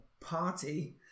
party